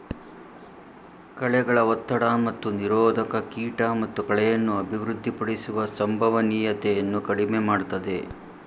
ಕಳೆಗಳ ಒತ್ತಡ ಮತ್ತು ನಿರೋಧಕ ಕೀಟ ಮತ್ತು ಕಳೆಯನ್ನು ಅಭಿವೃದ್ಧಿಪಡಿಸುವ ಸಂಭವನೀಯತೆಯನ್ನು ಕಡಿಮೆ ಮಾಡ್ತದೆ